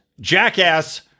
jackass-